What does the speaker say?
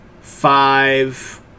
five